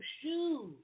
shoes